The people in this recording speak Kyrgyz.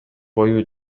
бою